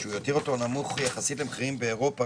שהוא יותר אותו נמוך יחסית למחירים באירופה